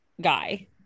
guy